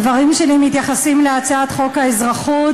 הדברים שלי מתייחסים להצעת חוק לתיקון חוק האזרחות.